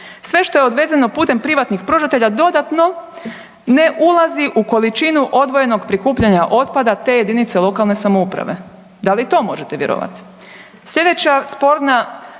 Sve što je odvezeno putem privatnih pružatelja dodatno ne ulazi u količinu odvojenog prikupljanja otpada te JLS, da li to možete vjerovat?